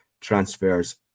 transfers